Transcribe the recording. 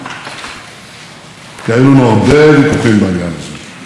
את זה השגנו לא על ידי הרכנת ראש,